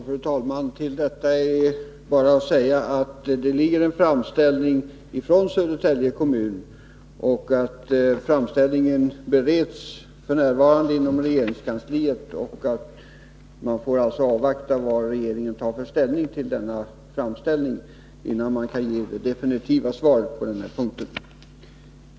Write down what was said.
Fru talman! Till detta är bara att säga att det finns en framställning från Södertälje kommun och att den f. n. bereds inom regeringskansliet; vi får alltså avvakta regeringens ställningstagande innan det går att ge det definitiva svaret på den här punkten.